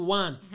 one